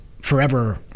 forever